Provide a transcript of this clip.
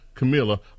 Camilla